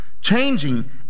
Changing